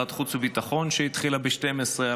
ועדת החוץ והביטחון, שהתחילה ב-12:00,